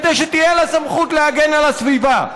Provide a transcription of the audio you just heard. כדי שתהיה לה סמכות להגן על הסביבה.